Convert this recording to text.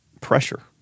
pressure